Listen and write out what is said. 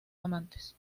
amantes